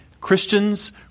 Christians